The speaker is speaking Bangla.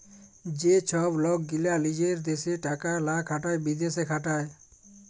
যে ছব লক গীলা লিজের দ্যাশে টাকা লা খাটায় বিদ্যাশে খাটায়